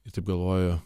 ir taip galvoju